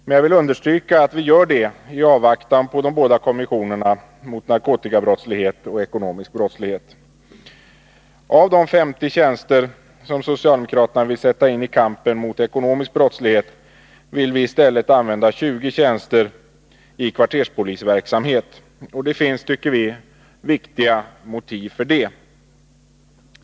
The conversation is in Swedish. Men jag vill understryka att vi gör detta i avvaktan på de Av de 50 tjänster som socialdemokraterna vill sätta in i kampen mot ekonomisk brottslighet vill vi i stället använda 20 tjänster i kvarterspolisverksamhet. Det finns, tycker vi, viktiga motiv för detta.